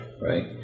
right